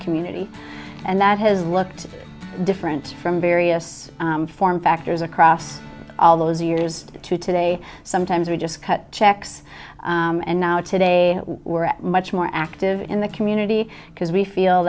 community and that has looked different from various form factors across all those years to today sometimes we just cut checks and now today we're much more active in the community because we feel